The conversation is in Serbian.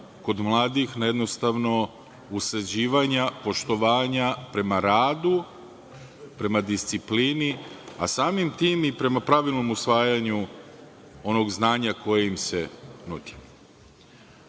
kod mladih na jednostavno usađivanje poštovanja prema radu, prema disciplini, a samim tim i prema pravilnom usvajanju onog znanja koje im se